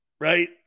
Right